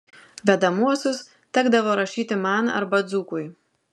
vedamuosius tekdavo rašyti man arba dzūkui